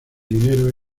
dinero